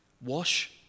Wash